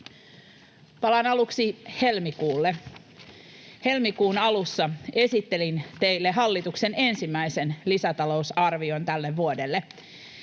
Palaan aluksi helmikuulle. Helmikuun alussa esittelin teille hallituksen ensimmäisen lisätalousarvion tälle vuodelle.